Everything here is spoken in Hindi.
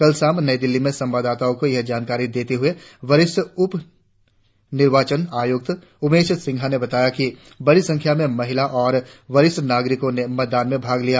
कल शाम नई दिल्ली में संवादाताओं को यह जानकारी देते हुए वरिष्ठ उप निर्वाचन आयुक्त उमेश सिन्हा ने बताया कि बडी संख्या में महिला और वरिष्ठ नागरिकों ने मतदान में भाग लिया